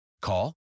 Call